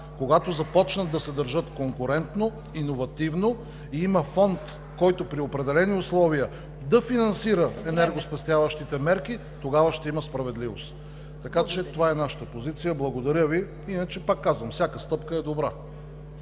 когато започнат да се държат конкурентно, иновативно и има фонд, който при определени условия да финансира енергоспестяващите мерки, тогава ще има справедливост. Така че, това е нашата позиция. Благодаря Ви. Иначе, пак казвам: всяка стъпка е добра.